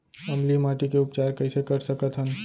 अम्लीय माटी के उपचार कइसे कर सकत हन?